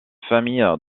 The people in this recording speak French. famille